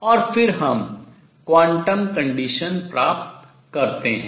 और फिर हम quantum condition क्वांटम प्रतिबन्ध शर्त प्राप्त करते हैं